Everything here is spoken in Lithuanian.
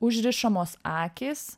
užrišamos akys